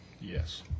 Yes